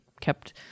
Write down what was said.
kept